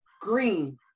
green